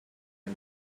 and